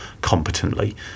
competently